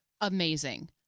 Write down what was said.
amazing